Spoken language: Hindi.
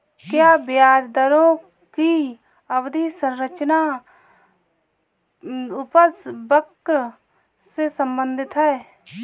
क्या ब्याज दरों की अवधि संरचना उपज वक्र से संबंधित है?